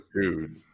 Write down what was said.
Dude